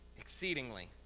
Exceedingly